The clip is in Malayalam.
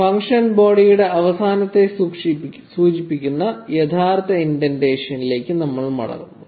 ഫംഗ്ഷൻ ബോഡിയുടെ അവസാനത്തെ സൂചിപ്പിക്കുന്ന യഥാർത്ഥ ഇൻഡെൻറേഷൻ ലേക്ക് നമ്മൾ മടങ്ങുന്നു